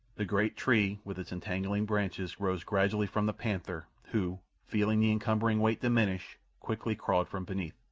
the great tree with its entangling branches rose gradually from the panther, who, feeling the encumbering weight diminish, quickly crawled from beneath.